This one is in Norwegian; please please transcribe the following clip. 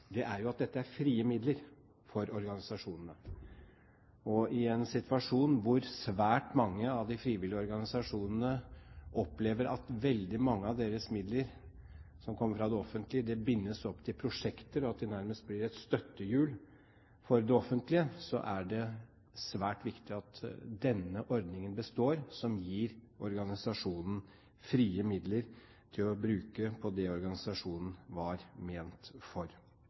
er fordi dette er frie midler for organisasjonene. I en situasjon hvor svært mange av de frivillige organisasjonene opplever at veldig mange av deres midler som kommer fra det offentlige, bindes opp til prosjekter, og at de nærmest blir et støttehjul for det offentlige, er det svært viktig at denne ordningen består, som gir organisasjonene frie midler å bruke på det organisasjonene var ment for.